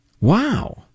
Wow